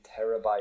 terabyte